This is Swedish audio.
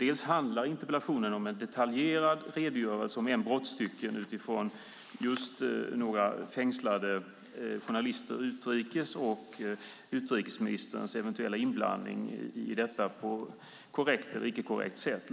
Interpellationen är en detaljerad redogörelse, om än brottsstycken, utifrån några fängslade journalister utrikes och utrikesministerns eventuella inblandning i detta på ett korrekt eller icke korrekt sätt.